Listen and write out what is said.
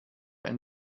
ein